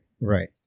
right